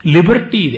Liberty